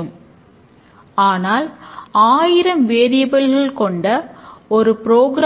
இது சில தரவுகளை உள்ளீடாக எடுத்துக்கொள்கிறது சில செயல்பாடுகளைச்